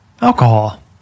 Alcohol